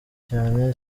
cyane